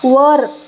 वर